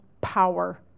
power